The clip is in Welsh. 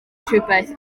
rhywbeth